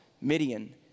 Midian